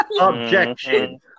Objection